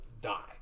die